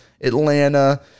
Atlanta